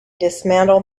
dismantled